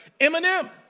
Eminem